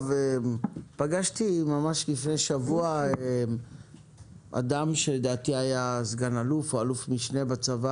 פגשתי ממש לפני שבוע אדם שלדעתי היה סא"ל או אל"מ בצבא